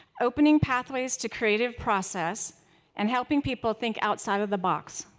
opening pathways to creative process and helping people think outside of the box.